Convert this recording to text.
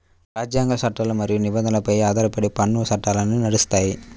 రాజ్యాంగాలు, చట్టాలు మరియు నిబంధనలపై ఆధారపడి పన్ను చట్టాలు నడుస్తాయి